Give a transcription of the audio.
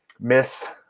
Miss